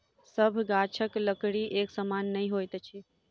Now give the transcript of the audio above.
सभ गाछक लकड़ी एक समान नै होइत अछि